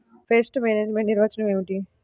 Pest management నిర్వచనం ఏమిటి?